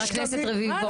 חבר הכנסת רביבו,